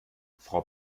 frau